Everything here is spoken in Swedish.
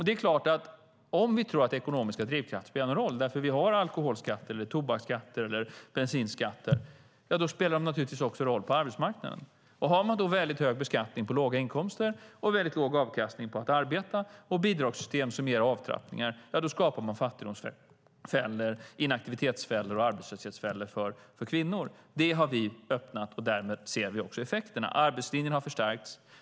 Det är klart att om vi tror att ekonomiska drivkrafter spelar någon roll - vi har alkoholskatter, tobaksskatter och bensinskatter - spelar de naturligtvis också roll på arbetsmarknaden. Har man väldigt hög beskattning på låga inkomster, väldigt låg avkastning på arbete och bidragssystem som ger avtrappningar skapar man fattigdomsfällor, inaktivitetsfällor och arbetslöshetsfällor för kvinnor. Det har vi öppnat, och därmed ser vi effekterna. Arbetslinjen har förstärkts.